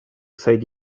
said